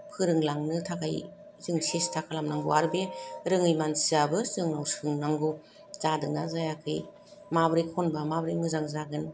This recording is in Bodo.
फोरोंलांनो थाखाय जों सेस्ता खालामनांगौ आरो बे रोङै मानसियाबो जोंनाव सोंनांगौ जादों ना जायाखै माब्रै खनबा माब्रै मोजां जागोन